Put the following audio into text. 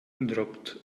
dropped